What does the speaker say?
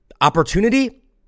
opportunity